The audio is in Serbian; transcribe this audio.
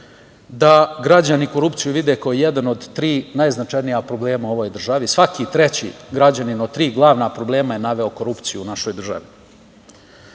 da građani korupciju vide kao jedan od tri najznačajnija problema u ovoj državi. Svaki treći građanin od tri glavna problema je naveo korupciju u našoj državi.